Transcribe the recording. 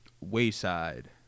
Wayside